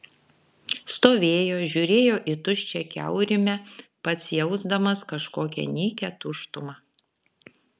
stovėjo žiūrėjo į tuščią kiaurymę pats jausdamas kažkokią nykią tuštumą